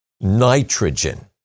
nitrogen